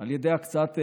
על ידי הקצאת מלגות.